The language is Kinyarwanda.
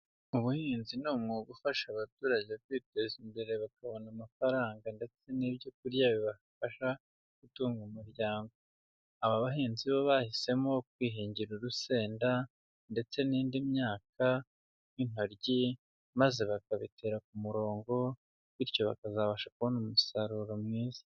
Ubuhinzi ni umwuga ufasha abaturage kwiteza imbere bakabona amafaranga ndetse n'ibyo kurya bibafasha gutunga umuryango, aba bahinzi bo bahisemo kwihingira urusenda ndetse n'indi myaka nk'intoryi, maze bakabitera ku murongo, bityo bakazabasha kubona umusaruro mwiza.